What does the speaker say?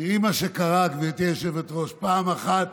תראי מה שקרה, גברתי היושבת-ראש: פעם אחת